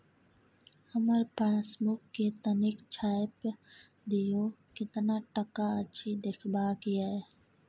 हमर पासबुक के तनिक छाय्प दियो, केतना टका अछि देखबाक ये?